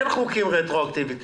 אין חוקים רטרואקטיביים.